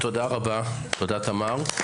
תודה רבה, תמר.